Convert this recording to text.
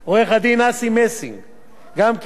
גם כן נתן, השקיע ועבד.